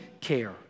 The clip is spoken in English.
care